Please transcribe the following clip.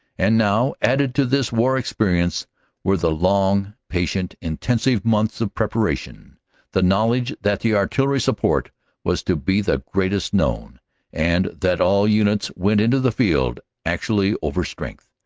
and now added to this war experience were the long patient intensive months of preparation the knowledge that the artillery support was to be the greatest known and that all units went into the field actually over strength,